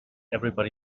everybody